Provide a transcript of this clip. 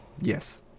Yes